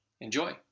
Enjoy